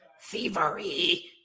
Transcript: thievery